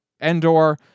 Endor